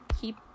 keep